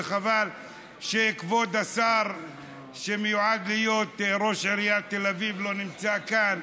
וחבל שכבוד השר שמיועד להיות ראש עיריית תל אביב לא נמצא כאן,